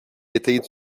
étaient